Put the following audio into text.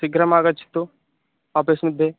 शीघ्रम् आगच्छतु आपीस्मध्ये